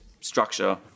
structure